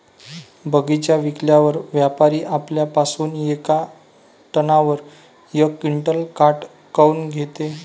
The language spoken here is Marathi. बगीचा विकल्यावर व्यापारी आपल्या पासुन येका टनावर यक क्विंटल काट काऊन घेते?